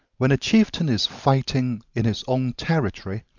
when a chieftain is fighting in his own territory,